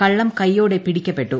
കള്ളം കൈയോടെ പിടിക്കപ്പെട്ടു